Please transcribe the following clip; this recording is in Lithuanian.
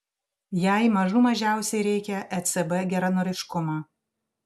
jai mažų mažiausiai reikia ecb geranoriškumo